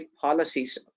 policies